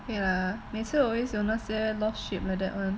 ya 每次 always 有那些 lost ship like that one